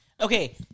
Okay